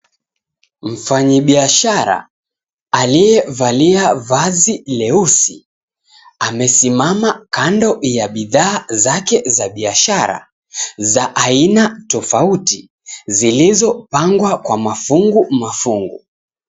Mfanyibiashara aliyevalia vazi leusi amesimama kando ya bidhaa zake za biashara za aina tofauti zilizopangwa kwa mafungu mafungu.